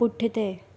पुठिते